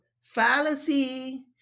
fallacy